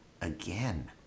again